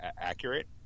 accurate